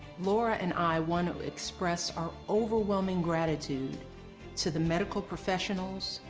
laura and i want to express our overwhelming gratitude to the medical professionals,